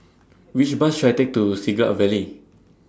Which Bus should I Take to Siglap Valley